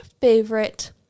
favorite